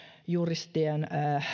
juristien